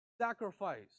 sacrifice